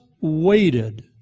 waited